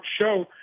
show